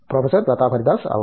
professor Pratap Haridas అవును